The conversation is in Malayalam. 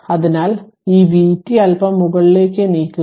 അതിനാൽ ഈ vt അല്പം മുകളിലേക്ക് നീക്കുക